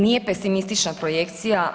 Nije pesimistična projekcija.